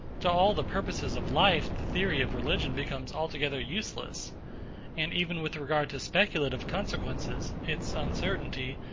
to all the purposes of life the theory of religion becomes altogether useless and even with regard to speculative consequences, its uncertainty,